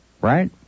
Right